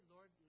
Lord